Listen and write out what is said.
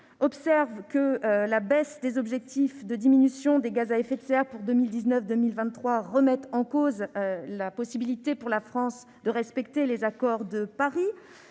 observait que la baisse des objectifs de diminution des gaz à effet de serre pour la période 2019-2023 remettait en cause la possibilité pour la France de respecter l'accord de Paris